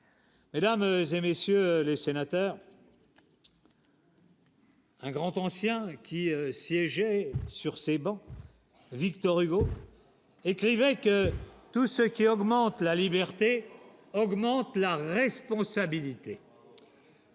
Mesdames et messieurs les sénateurs. Un grand conscient qui siégeait sur ces bancs, Victor Hugo écrivait que. Tout ce qui augmente la liberté augmente la responsabilité.